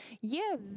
Yes